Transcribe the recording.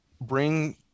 bring